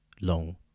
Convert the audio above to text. long